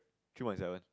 three point seven